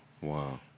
Wow